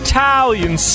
Italian